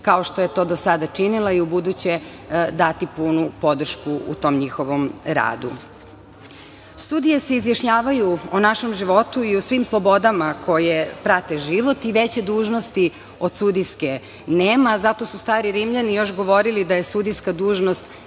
kao što je to do sada činila, i u buduće dati punu podrškom u tom njihovom radu. Sudije se izjašnjavaju o našem životu i o svim slobodama koje prate život i veće dužnosti od sudijske nema, zato su stari Rimljani još govorili da je sudijska dužnost